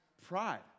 Pride